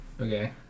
Okay